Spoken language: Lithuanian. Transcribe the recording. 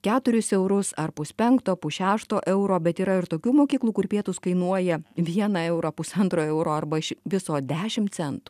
keturis eurus ar puspenkto pusšešto euro bet yra ir tokių mokyklų kur pietūs kainuoja vieną eurą pusantro euro arba iš viso dešim centų